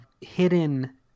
hidden